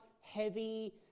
heavy